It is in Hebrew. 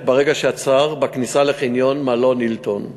ברגע שעצר בכניסה לחניון מלון "הילטון".